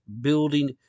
building